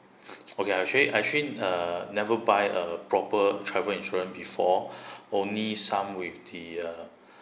okay actually I actually uh never buy a proper travel insurance before only some with the uh